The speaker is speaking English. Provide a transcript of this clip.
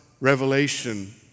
revelation